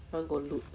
none gone loop